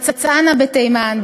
בצנעא בתימן,